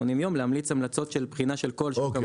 ימים להמליץ המלצות של בחינה של כל שוק המזון,